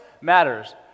matters